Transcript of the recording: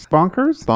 Bonkers